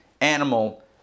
animal